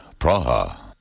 Praha